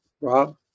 Rob